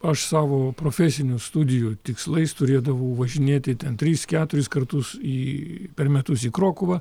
aš savo profesinių studijų tikslais turėdavau važinėti ten tris keturis kartus į per metus į krokuvą